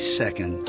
second